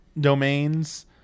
domains